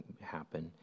happen